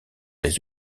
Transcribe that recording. les